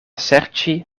serĉi